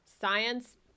science